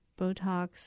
Botox